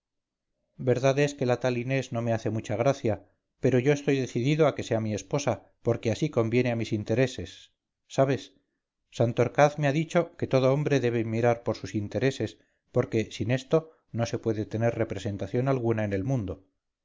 verdad es que la tal inés no me hace mucha gracia pero yo estoy decidido a que sea mi esposa porque así conviene a mis intereses sabes santorcaz me ha dicho que todo hombre debe mirar por sus intereses porque sinesto no se puede tener representación alguna en el mundo